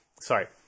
sorry